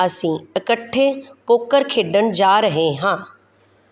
ਅਸੀਂ ਇਕੱਠੇ ਪੋਕਰ ਖੇਡਣ ਜਾ ਰਹੇ ਹਾਂ